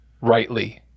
rightly